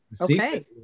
okay